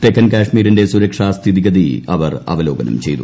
തെക്കൻ കശ്മീരിന്റെ സുരക്ഷാ സ്ഥിതിഗതി അവലോകനം ചെയ്തു